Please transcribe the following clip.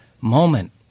moment